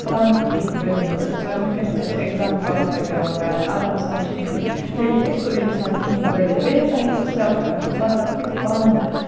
پانہٕ کیٚنٛہہ بٔنِتھ سُے وُِنکیٚنَس ہَسا چھِ ایٚگزام کالِفے پیٚوان کَرُن آرام سان چھُ ہےَ ہیٚکہِ سُہ اِنسان کیٚنٛہہ بٔنِتھ بییٚہِ ہَسا ہیٚکہِ سُہ سیٚلف ایٚمپہ مَطلَب کہِ پانہٕ